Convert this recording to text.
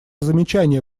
замечания